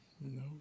No